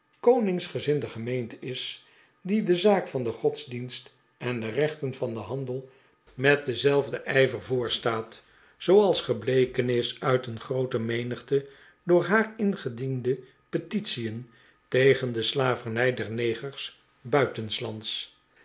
koningsgezinde gemeente is die de zaak van den godsdienst en de rechten van den handel met denzelfden ijver voorstaat zooals gebleken is uit een groote menigte door haar ingediende petitien tegen de slavernij der negers buitenslands